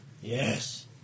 Yes